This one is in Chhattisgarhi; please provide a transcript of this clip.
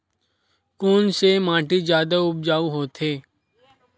कोन से माटी जादा उपजाऊ होथे?